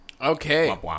Okay